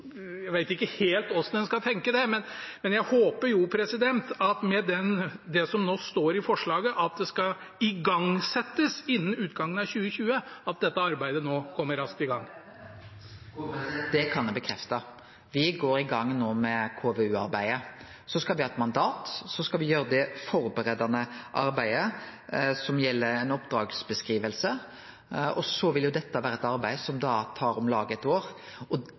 skal tenke, men jeg håper, med det som nå står i forslaget, at det skal igangsettes innen utgangen av 2020 – at dette arbeidet nå kommer raskt i gang. Det kan eg bekrefte. Me går no i gang med KVU-arbeidet. Så skal det ha eit mandat. Og så skal me gjere det førebuande arbeidet som gjeld oppdragsbeskriving. Dette vil vere eit arbeid som tar om lag eit år. Eg vil ikkje ha hastverk bak det arbeidet. Det vil vere umogleg å få ein grundig og